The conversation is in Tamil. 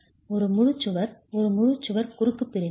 ஒரு முழு சுவர் ஒரு முழு சுவர் குறுக்கு பிரிவில் உள்ளது